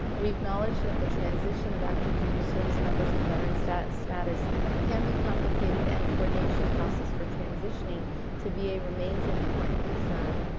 we acknowledge that the transition of active duty service members to veteran status status can be complicated and coordination process for transitioning to be and remains an important concern,